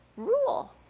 rule